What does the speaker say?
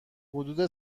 حدود